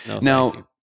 Now